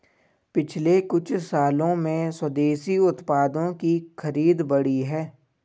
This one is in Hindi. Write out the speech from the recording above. पिछले कुछ सालों में स्वदेशी उत्पादों की खरीद बढ़ी है